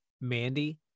Mandy